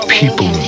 people